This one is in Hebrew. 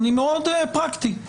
אני מאוד פרקטי.